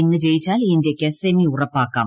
ഇന്ന് ജയിച്ചാൽ ഇന്ത്യയ്ക്ക് സെമി ഉറപ്പാക്കാം